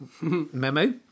memo